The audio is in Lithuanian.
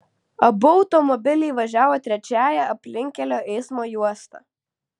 abu automobiliai važiavo trečiąja aplinkkelio eismo juosta